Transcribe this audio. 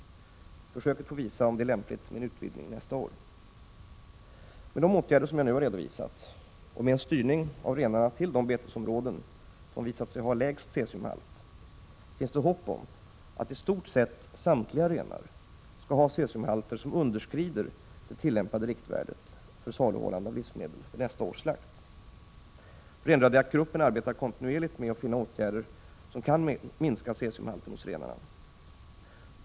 Försöket får visa om det är lämpligt med en utvidgning nästa år. Med de åtgärder som jag nu har redovisat och en styrning av renarna till de betesområden som visat sig ha lägst cesiumhalt finns det hopp om att i stort sett samtliga renar skall ha cesiumhalter som underskrider det tillämpade riktvärdet för saluhållande av livsmedel vid nästa års slakt. Renradiakgruppen arbetar kontinuerligt med att finna åtgärder som kan minska cesiumhalten hos renarna.